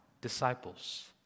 disciples